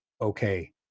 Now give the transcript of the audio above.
okay